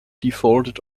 defaulted